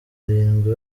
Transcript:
arindwi